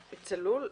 מ-צלול.